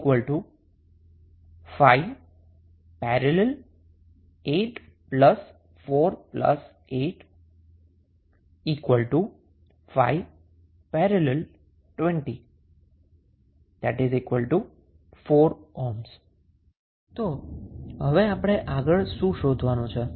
RN 5 || 8 4 8 5 || 20 20525 4 તો હવે આપણે આગળ શું શોધવાનું છે